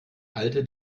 alte